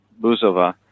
Buzova